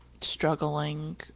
struggling